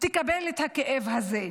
יקבלו את הכאב הזה?